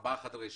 4 חדרי שינה,